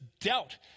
doubt